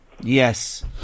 Yes